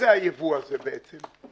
הייבוא הזה בעצם.